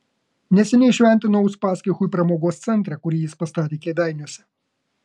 neseniai šventinau uspaskichui pramogos centrą kurį jis pastatė kėdainiuose